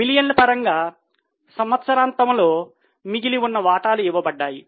మిలియన్ల పరంగా సంవత్సరాంతంలో మిగిలి ఉన్న వాటాలు ఇవ్వబడ్డాయి